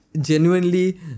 genuinely